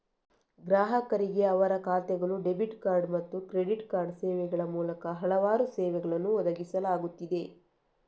ಗ್ರಾಹಕರಿಗೆ ಅವರ ಖಾತೆಗಳು, ಡೆಬಿಟ್ ಕಾರ್ಡ್ ಮತ್ತು ಕ್ರೆಡಿಟ್ ಕಾರ್ಡ್ ಸೇವೆಗಳ ಮೂಲಕ ಹಲವಾರು ಸೇವೆಗಳನ್ನು ಒದಗಿಸಲಾಗುತ್ತಿದೆ